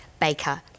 Baker